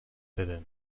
hidden